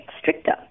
stricter